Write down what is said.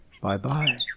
Bye-bye